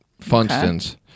Funston's